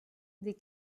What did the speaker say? des